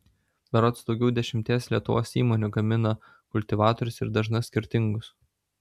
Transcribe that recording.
berods daugiau dešimties lietuvos įmonių gamina kultivatorius ir dažna skirtingus